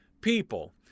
people